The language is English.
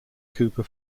cooper